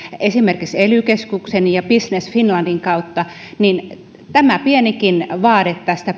esimerkiksi ely keskuksen ja business finlandin kautta niin kun tämä pienikin vaade